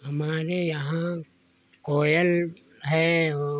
हमारे यहाँ कोयल है ओ